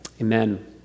Amen